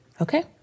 okay